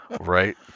Right